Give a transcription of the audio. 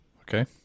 Okay